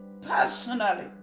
personally